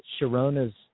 sharona's